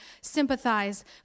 sympathize